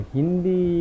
Hindi